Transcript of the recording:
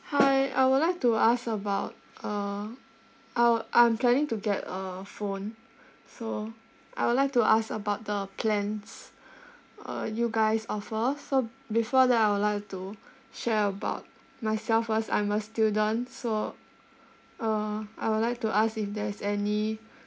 hi I would like to ask about uh I wou~ I'm planning to get a phone so I would like to ask about the plans uh you guys offer so before that I would like to share about myself first I'm a student so uh I would like to ask if there's any